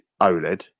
OLED